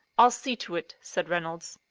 i'll see to it, said reynolds.